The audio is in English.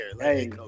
Hey